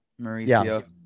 Mauricio